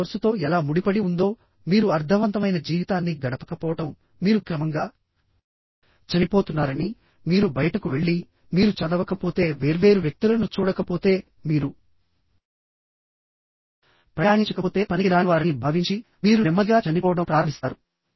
స్వంత కోర్సుతో ఎలా ముడిపడి ఉందో మీరు అర్ధవంతమైన జీవితాన్ని గడపకపోవడం మీరు క్రమంగా చనిపోతున్నారనిమీరు బయటకు వెళ్లిమీరు చదవకపోతే వేర్వేరు వ్యక్తులను చూడకపోతే మీరు ప్రయాణించకపోతే పనికిరానివారని భావించి మీరు నెమ్మదిగా చనిపోవడం ప్రారంభిస్తారు